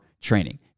training